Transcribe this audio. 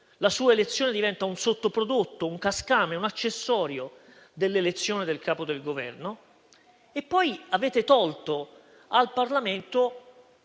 La sua elezione diventa un sottoprodotto, un cascame, un accessorio dell'elezione del Capo del Governo. Avete poi tolto al Parlamento